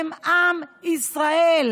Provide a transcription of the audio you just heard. הם עם ישראל,